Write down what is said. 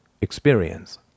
experience